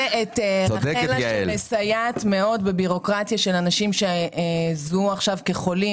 ואת רחל שמסייעת מאוד בבירוקרטיה של אנשים שזוהו עכשיו כחולים